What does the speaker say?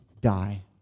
die